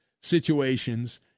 situations